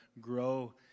grow